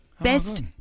Best